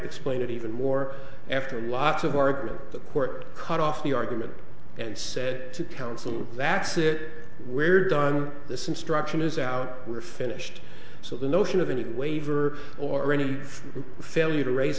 explain it even more after a lot of argument the court cut off the argument and said to counsel that's it we're done this instruction is out we're finished so the notion of any waiver or any failure to raise